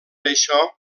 això